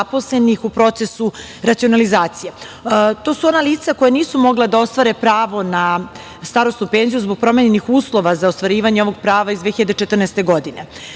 zaposlenih u procesu racionalizacije. To su ona lica koja nisu mogla da ostvare pravo na starosnu penziju zbog promenjenih uslova za ostvarivanje ovog prava iz 2014. godine.